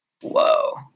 whoa